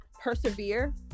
persevere